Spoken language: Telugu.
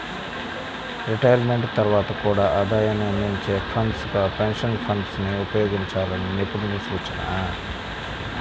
రిటైర్మెంట్ తర్వాత కూడా ఆదాయాన్ని అందించే ఫండ్స్ గా పెన్షన్ ఫండ్స్ ని ఉపయోగించాలని నిపుణుల సూచన